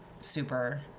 super